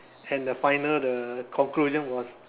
and the final the conclusion was